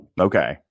Okay